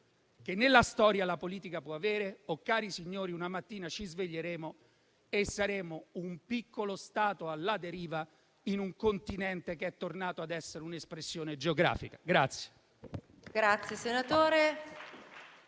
che nella storia la politica può avere, oppure, cari signori, una mattina ci sveglieremo e saremo un piccolo Stato alla deriva, in un continente che è tornato ad essere un'espressione geografica.